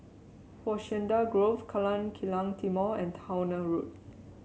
Hacienda Grove Jalan Kilang Timor and Towner Road